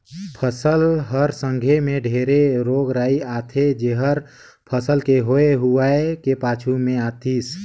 फसल हर संघे मे ढेरे रोग राई आथे जेहर फसल के होए हुवाए के पाछू मे आतिस